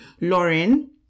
lauren